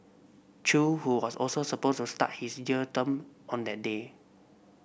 Chew who was also supposed to start his jail term on that day